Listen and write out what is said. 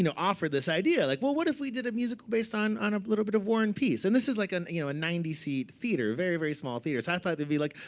and offered this idea. like, well, what if we did a musical based on on a little bit of war and peace? and this is like a you know a ninety seat theater, a very, very small theater. so i thought they'd be like,